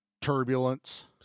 turbulence